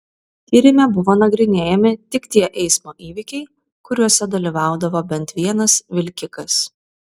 tyrime buvo nagrinėjami tik tie eismo įvykiai kuriuose dalyvaudavo bent vienas vilkikas